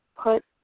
put